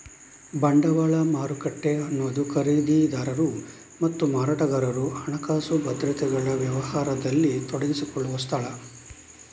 ಬಂಡವಾಳ ಮಾರುಕಟ್ಟೆ ಅನ್ನುದು ಖರೀದಿದಾರರು ಮತ್ತು ಮಾರಾಟಗಾರರು ಹಣಕಾಸು ಭದ್ರತೆಗಳ ವ್ಯಾಪಾರದಲ್ಲಿ ತೊಡಗಿಸಿಕೊಳ್ಳುವ ಸ್ಥಳ